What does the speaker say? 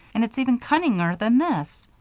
and it's even cunninger than this.